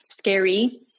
scary